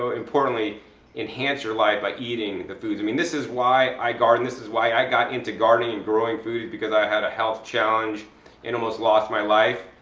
ah importantly enhance your life by eating the foods. i mean, this is why i garden. this is why i got gardening and growing food, because i had a health challenge and almost lost my life.